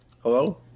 Hello